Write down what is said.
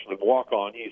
walk-on